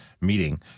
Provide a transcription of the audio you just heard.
meeting